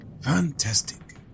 fantastic